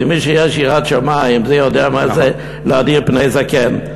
מי שיש לו יראת שמים יודע מה זה להדר פני זקן.